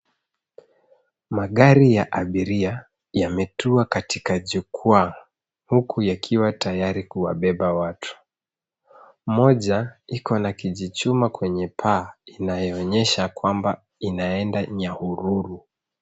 Magari ya abiria yametua katika jukwaa huku yakiwa tayari kuwabeba watu moja ikona kijichuma kwenye paa inayoonyesha kua inaenda nyahururu.